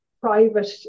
private